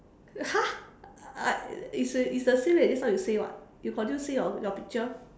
!huh! uh it's the it's the same eh just now you say what you continue say your picture